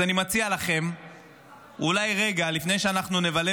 אז אני מציע לכם אולי רגע לפני שנבלה